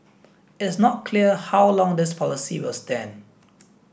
it's not clear how long this policy will stand